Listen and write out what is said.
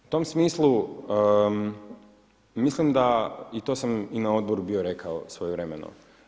U tom smislu mislim da i to sam i na odboru bio rekao svojevremeno.